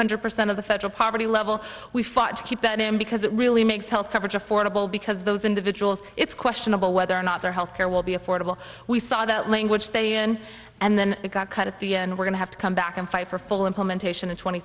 hundred percent of the federal poverty level we fought to keep that in because it really made health coverage affordable because those individuals it's questionable whether or not their health care will be affordable we saw that language they and then it got cut at the end we're going to have to come back and fight for full implementation in tw